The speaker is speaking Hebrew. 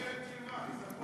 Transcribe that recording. בכותרת של מה?